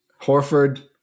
Horford –